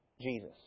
Jesus